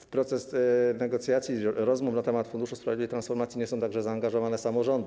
W proces negocjacji, rozmów na temat funduszu sprawiedliwej transformacji nie są także zaangażowane samorządy.